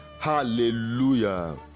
Hallelujah